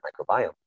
microbiome